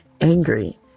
angry